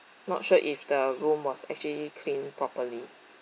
not sure if the room was actually cleaned properly